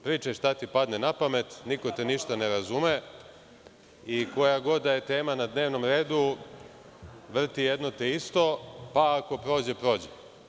Pričaj šta ti padne na pamet, niko te ništa ne razume i koja god da je tema na dnevnom redu, vrti jedno te isto, pa ako prođe, prođe.